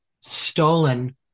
stolen